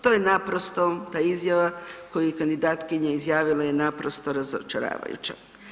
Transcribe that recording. To je naprosto, ta izjava koju je kandidatkinja izjavila je naprosto razočaravajuća.